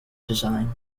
design